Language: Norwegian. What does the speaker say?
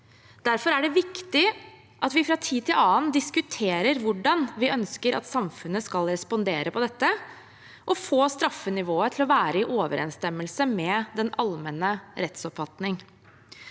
Derfor er det viktig at vi fra tid til annen diskuterer hvordan vi ønsker at samfunnet skal respondere på dette, og får straffenivået til å være i overensstemmelse med den allmenne rettsoppfatning.